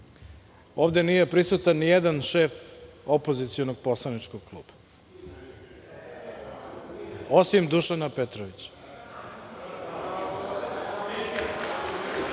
Ovde nije prisutan ni jedan šef opozicionog poslaničkog kluba, osim Dušana Petrovića.